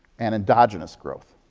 and endogenous growth.